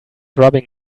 rubbing